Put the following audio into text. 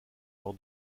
leur